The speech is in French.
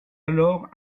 alors